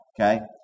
Okay